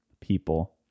people